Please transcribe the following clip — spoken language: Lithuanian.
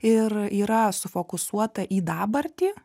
ir yra sufokusuota į dabartį